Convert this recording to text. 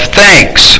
thanks